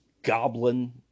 goblin